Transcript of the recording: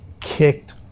kicked